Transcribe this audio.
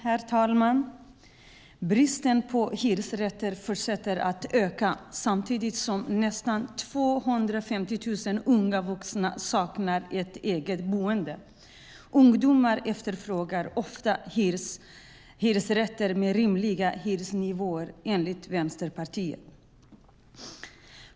Herr talman! Bristen på hyresrätter fortsätter att öka samtidigt som nästan 250 000 unga vuxna saknar ett eget boende. Ungdomar efterfrågar ofta hyresrätter med rimliga hyresnivåer, enligt Vänsterpartiet.